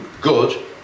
good